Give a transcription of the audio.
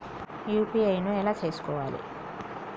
UPI ను ఎలా చేస్కోవాలి?